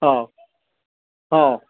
ହଁ ହଁ